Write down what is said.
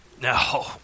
No